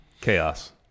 Chaos